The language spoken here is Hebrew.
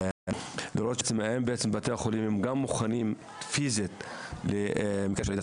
לראות שגם הם מוכנים פיזית למקרה של רעידת